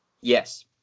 Yes